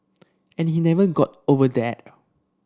and he never got over that